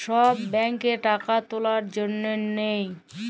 ছব ব্যাংকে টাকা তুলার জ্যনহে লেই